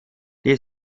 die